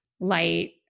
light